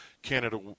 Canada